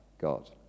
God